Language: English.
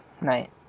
night